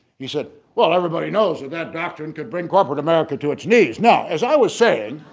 he said well everybody knows that that doctrine could bring corporate america to its knees now as i was saying.